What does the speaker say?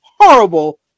horrible